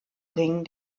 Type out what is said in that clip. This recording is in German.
ringen